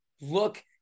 look